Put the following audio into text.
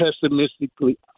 pessimistically